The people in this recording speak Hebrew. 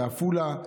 בעפולה,